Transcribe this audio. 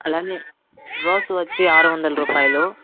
అలాని రోస్ వచ్చి ఆరు వందల రూపాయలు